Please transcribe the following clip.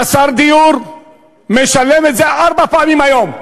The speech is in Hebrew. חסר דיור משלם את זה ארבע פעמים היום,